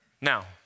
Now